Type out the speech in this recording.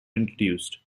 introduced